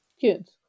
Good